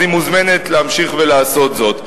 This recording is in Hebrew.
אז היא מוזמנת להמשיך ולעשות זאת.